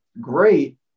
great